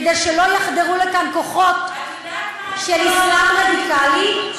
כדי שלא יחדרו לכאן כוחות של אסלאם רדיקלי.